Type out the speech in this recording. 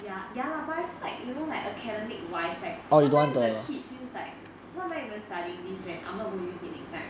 ya ya lah but I feel like you know like academic wise like sometimes the kids feels like why am I even studying this when I am not going to use it next time